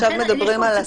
עכשיו מדברים על הסגירה.